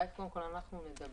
אולי קודם אנחנו נדבר.